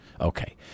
Okay